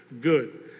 good